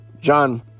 john